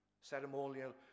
ceremonial